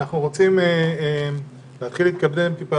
דרורית